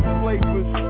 flavors